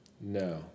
No